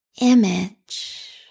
image